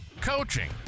coaching